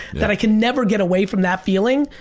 that i can never get away from that feeling,